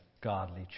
godly